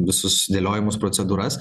visus sudėliojimus procedūras